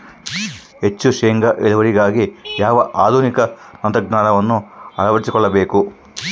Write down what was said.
ಹೆಚ್ಚು ಶೇಂಗಾ ಇಳುವರಿಗಾಗಿ ಯಾವ ಆಧುನಿಕ ತಂತ್ರಜ್ಞಾನವನ್ನು ಅಳವಡಿಸಿಕೊಳ್ಳಬೇಕು?